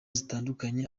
zitandukanye